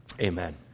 Amen